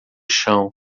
chão